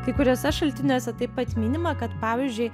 kai kuriuose šaltiniuose taip pat minima kad pavyzdžiui